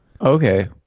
Okay